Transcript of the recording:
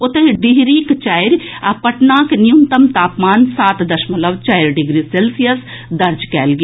ओतहि डिहरीक चारि आ पटनाक न्यूनतम तापमान सात दशमलव चारि डिग्री सेल्सियस दर्ज कयल गेल